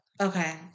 Okay